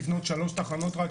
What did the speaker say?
כן